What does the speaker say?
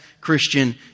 Christian